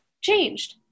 changed